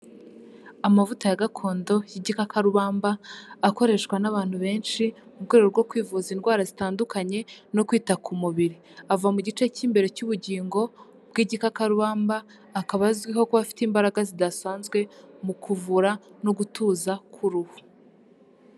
Amavuta ya gakondo y'igikakarubamba akoreshwa n'abantu benshi mu rwego rwo kwivuza indwara zitandukanye no kwita ku mubiri, ava mu gice cy'imbere cy'ubugingo bw'igikakarubamba, akaba azwiho kuba afite imbaraga zidasanzwe mu kuvura no gutuza k'uruhu.